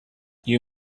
you